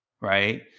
Right